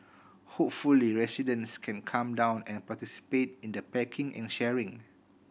hopefully residents can come down and participate in the packing and sharing